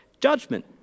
judgment